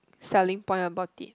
selling point about it